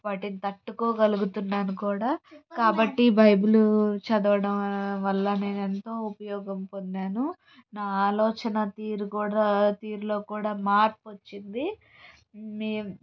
వాటిని తట్టుకోగలుగుతున్నాను కూడా కాబట్టి బైబిలు చదవడం వల్ల నేను ఎంతో ఉపయోగం పొందాను నా ఆలోచన తీరు కూడా తీరులో కూడా మార్పొచ్చింది మేం